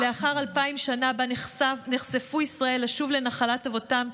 לאחר אלפיים שנה שבה נכספו ישראל לשוב לנחלות אבותיהם,